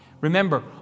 Remember